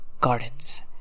gardens